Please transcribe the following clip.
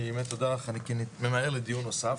אני באמת מודה לך ואני ממהר לדיון נוסף,